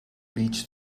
beach